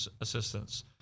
assistance